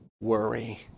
worry